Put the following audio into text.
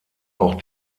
auch